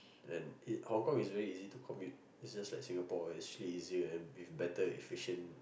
and it Hong Kong is very easy to commute is like Singapore actually with better efficient